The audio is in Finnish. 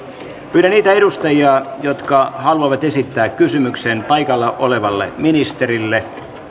pyydän niitä edustajia jotka haluavat esittää kysymyksen paikalla olevalle ministerille